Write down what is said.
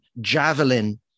javelin